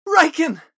Riken